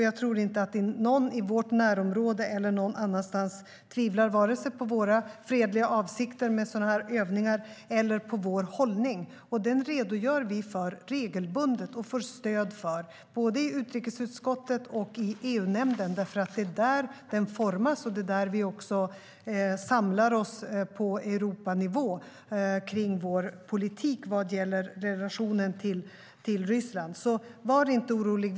Jag tror inte att någon i vårt närområde eller någon annanstans tvivlar vare sig på våra fredliga avsikter med sådana här övningar eller på vår hållning. Den redogör vi för regelbundet och får stöd för både i utrikesutskottet och i EU-nämnden. Det är där den formas, och det är där vi också samlar oss på Europanivå kring vår politik när det gäller relationen till Ryssland. Var inte orolig.